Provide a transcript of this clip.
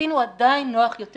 שהקטין הוא עדיין נוח יותר